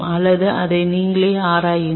அல்லது அதை நீங்களே ஆராயுங்கள்